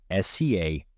SCA